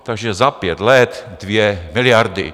Takže za pět let 2 miliardy.